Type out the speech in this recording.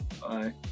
Bye